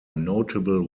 notable